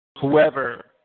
whoever